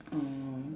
uh